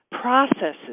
processes